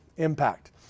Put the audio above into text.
impact